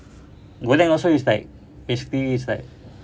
golang also is like basically is like